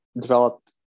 developed